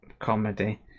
comedy